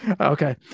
Okay